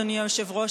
אדוני היושב-ראש,